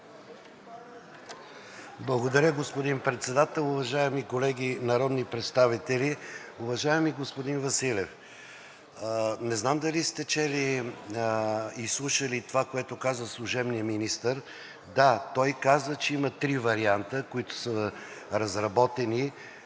Благодаря, господин Председател. Уважаеми колеги народни представители! Уважаеми господин Василев, не знам дали сте чели и слушали това, което каза служебният министър – да, той каза, че има три варианта, които са разработени,